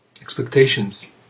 expectations